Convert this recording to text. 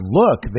look